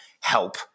help